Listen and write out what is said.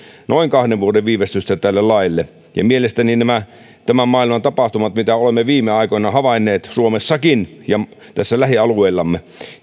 noin kahden vuoden viivästystä tälle laille mielestäni nämä maailman tapahtumat mitä olemme viime aikoina havainneet suomessakin ja tässä lähialueillamme